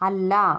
അല്ല